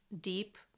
deep